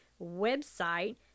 website